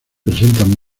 presentan